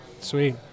Sweet